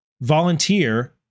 volunteer